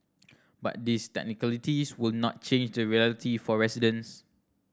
but these technicalities would not change the reality for residents